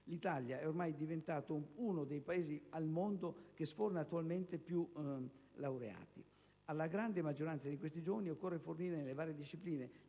L'Italia è ormai diventato uno dei Paesi al mondo che sforna annualmente più laureati. Alla grande maggioranza di questi giovani occorre fornire nelle varie discipline